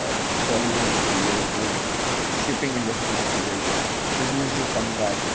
बॉलीवुड जो थी वियो पोइ शिपिंग इंडस्ट्रीस थी वई बिज़नेस जो कमकाज